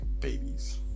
babies